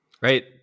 Right